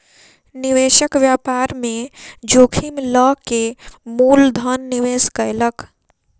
निवेशक व्यापार में जोखिम लअ के मूल धन निवेश कयलक